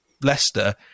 Leicester